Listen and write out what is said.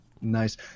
Nice